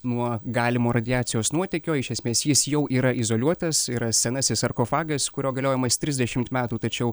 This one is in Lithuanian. nuo galimo radiacijos nuotėkio iš esmės jis jau yra izoliuotas yra senasis sarkofagas kurio galiojimas trisdešimt metų tačiau